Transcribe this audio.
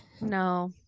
No